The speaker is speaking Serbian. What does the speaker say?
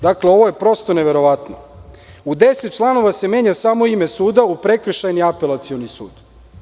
Dakle, ovo je prosto neverovatno u 10. članova se menja samo ime suda - prekršajni u apelacioni sud.